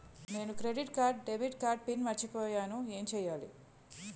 నేను credit card debit card PIN మర్చిపోయేను ఎం చెయ్యాలి?